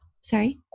sorry